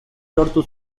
lortu